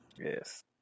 Yes